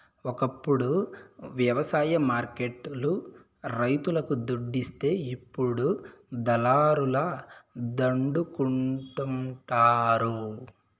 ఒకప్పుడు వ్యవసాయ మార్కెట్ లు రైతులకు దుడ్డిస్తే ఇప్పుడు దళారుల దండుకుంటండారు